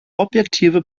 objektive